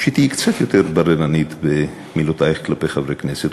שתהיי קצת יותר בררנית במילותייך כלפי חברי כנסת,